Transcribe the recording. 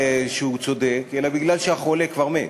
מפני שהוא צודק, אלא מפני שהחולה כבר מת.